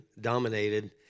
dominated